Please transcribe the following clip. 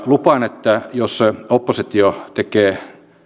lupaan että jos oppositio tekee